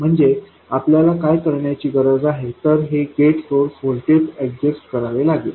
म्हणजे आपल्याला काय करण्याची गरज आहे तर हे गेट सोर्स व्होल्टेज ऍडजस्ट करावे लागेल